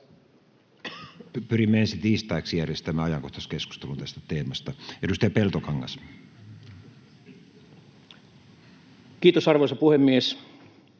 Pyrimme ensi tiistaiksi järjestämään ajankohtaiskeskustelun tästä teemasta. — Edustaja Peltokangas. Kiitos, arvoisa puhemies!